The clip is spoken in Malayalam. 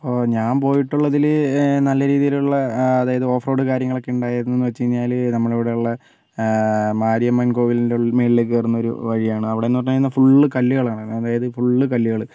ഓ ഞാൻ പോയിട്ടുള്ളതിൽ നല്ല രീതിയിൽ ഉള്ള അതായത് ഓഫ് റോഡും കാര്യങ്ങളും ഉണ്ടായിരുന്നൂന്ന് വെച്ച് കഴിഞ്ഞാൽ നമ്മളാ ഇവിടെ ഉള്ള മാരിയമ്മൻ കോവിലിൽ ഉൾ മുകളിലേക്ക് കയറുന്ന ഒരു വഴിയാണ് അവിടെ എന്ന് പറയുമ്പോൾ ഫുള്ള് കല്ലുകളാണ് അതായത് ഫുള്ള് കല്ലുകൾ